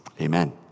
amen